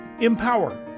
Empower